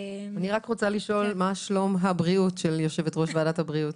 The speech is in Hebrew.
אני רק רוצה לשאול מה שלום הבריאות של יושבת ראש ועדת הבריאות.